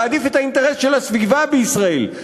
להעדיף את האינטרס של הסביבה בישראל,